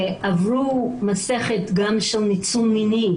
שעברו מסכת של ניצול מיני.